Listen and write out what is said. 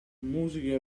musiche